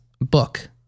book